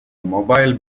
mobile